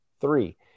three